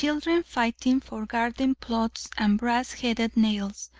children fighting for garden plots and brass-headed nails!